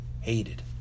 hated